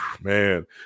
Man